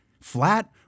flat